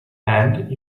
and